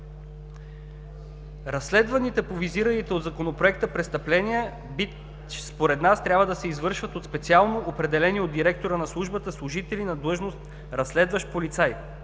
Разследваните по визираните от Законопроекта престъпления според нас трябва да се извършват от специално определени от директора на службата служители на длъжност „разследващ агент“.